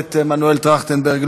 הכנסת מנואל טרכטנברג,